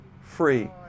free